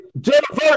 Jennifer